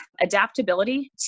adaptability